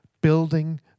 building